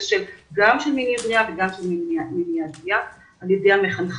של מיניות בריאה וגם של מניעת פגיעה על ידי המחנכים.